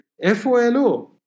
F-O-L-O